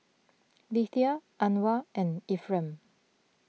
Lethia Anwar and Efrem